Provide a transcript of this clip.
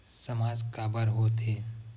सामाज काबर हो थे?